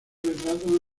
retrato